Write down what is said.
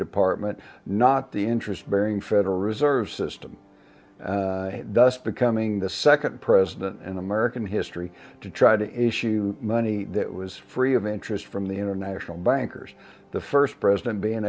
department not the interest bearing federal reserve system thus becoming the second president in american history to try to issue money that was free of interest from the international bankers the first president being